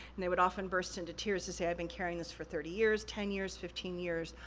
and they would often burst into tears and say, i've been carrying this for thirty years, ten years, fifteen years,